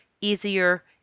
easier